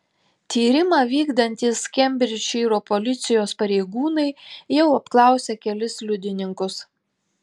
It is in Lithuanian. tyrimą vykdantys kembridžšyro policijos pareigūnai jau apklausė kelis liudininkus